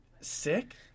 sick